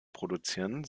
produzieren